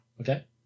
Okay